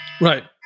Right